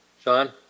Sean